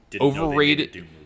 Overrated